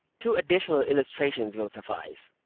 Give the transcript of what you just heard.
two additional illustrations will suffice.